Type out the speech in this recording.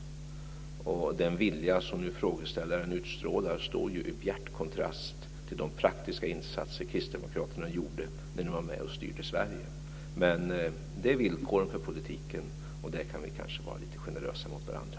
Den vilja som frågeställaren utstrålar står i bjärt kontrast till de praktiska insatser som kristdemokraterna gjorde när de var med om att styra Sverige. Men detta är politikens villkor, och därvidlag kan vi kanske vara lite generösa mot varandra.